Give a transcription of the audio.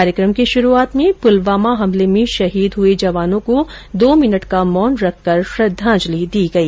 कार्यकम की शुरूआत में पुलवामा हमले में शहीद हुए जवानों को दो मिनट का मौन रखकर श्रद्धांजलि दी गई